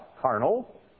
carnal